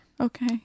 Okay